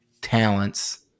talents